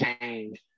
change